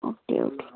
okay okay